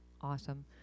Awesome